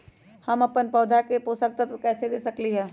हम अपन पौधा के पोषक तत्व कैसे दे सकली ह?